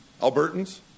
Albertans